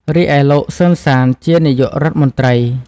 រីឯលោក សឺន សាន ជា នាយករដ្ឋមន្ត្រី ។